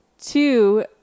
two